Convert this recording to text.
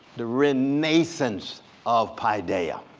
the renaissance of paideia.